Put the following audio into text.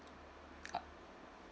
uh